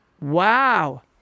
Wow